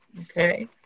Okay